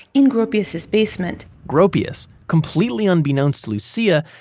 in gropius's basement gropius, completely unbeknownst to lucia,